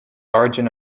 origin